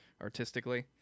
artistically